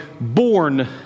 born